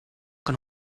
con